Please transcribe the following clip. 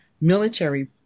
military